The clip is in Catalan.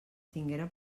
tinguera